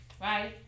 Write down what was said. right